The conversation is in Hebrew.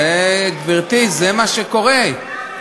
גברתי, זה מה שקורה.